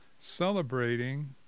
celebrating